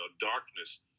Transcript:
darkness